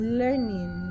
learning